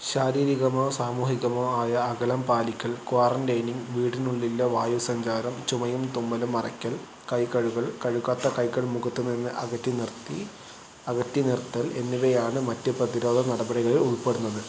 ശാരീരികമോ സാമൂഹികമോ ആയ അകലം പാലിക്കൽ ക്വാറന്റൈനിംഗ് വീടിനുള്ളിലെ വായു സഞ്ചാരം ചുമയും തുമ്മലും മറയ്ക്കൽ കൈ കഴുകൽ കഴുകാത്ത കൈകൾ മുഖത്ത് നിന്ന് അകറ്റി നിർത്തി അകറ്റി നിർത്തൽ എന്നിവയാണ് മറ്റ് പ്രതിരോധ നടപടികളിൽ ഉൾപ്പെടുന്നത്